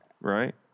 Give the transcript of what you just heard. right